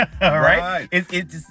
Right